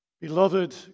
Beloved